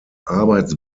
arbeits